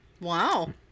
wow